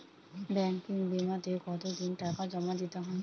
Banking বিমাতে কত দিন টাকা জমা দিতে হয়?